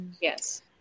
Yes